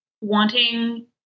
wanting